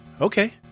Okay